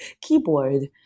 keyboard